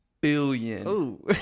billion